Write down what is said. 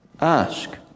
Ask